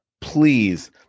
please